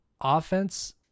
offense